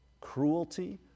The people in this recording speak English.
cruelty